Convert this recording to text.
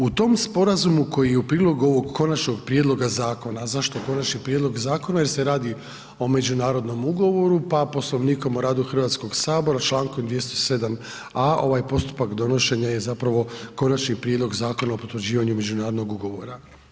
U tom sporazumu koji je u prilogu ovog konačnog prijedloga zakona, zašto konačni prijedlog zakona jer se radi o međunarodnom ugovoru, pa Poslovnikom o radu Hrvatskog sabora Člankom 207a. ovaj postupak donošenja je zapravo konačni prijedlog zakona o potvrđivanju međunarodnog ugovora.